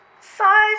size